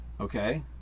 Okay